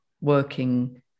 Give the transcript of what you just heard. working